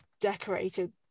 decorated